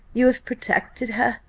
you have protected her,